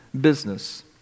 business